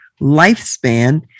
lifespan